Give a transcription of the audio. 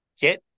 get –